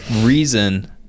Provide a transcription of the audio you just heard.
reason